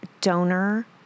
donor